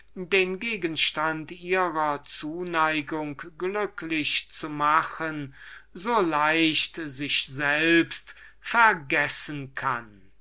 den gegenstand ihrer liebe glücklich zu machen so leicht sich selbst vergessen kann